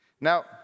Now